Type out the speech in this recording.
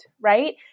right